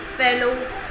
fellow